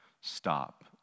stop